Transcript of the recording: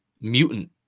mutant